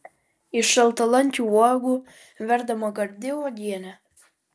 iš šaltalankių uogų verdama gardi uogienė